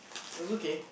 it was okay